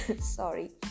Sorry